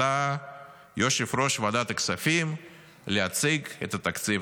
עלה יושב-ראש ועדת הכספים להציג את התקציב.